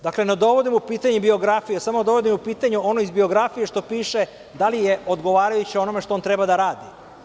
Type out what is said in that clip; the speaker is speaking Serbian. Dakle, ne dovodim u pitanje biografiju, ja samo dovodim u pitanje ono iz biografije što piše, da li je odgovarajuće onome što on treba da radi.